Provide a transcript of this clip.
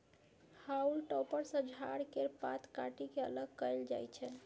हाउल टॉपर सँ झाड़ केर पात काटि के अलग कएल जाई छै